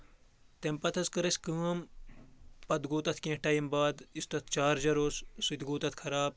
تَمہِ پَتہٕ حظ کٔر اَسہِ کٲم پَتہٕ گوٚو تَتھ کینٛہہ ٹایِم باد یُس تَتھ چارجَر اوس سُہ تہِ گوٚو تَتھ خراب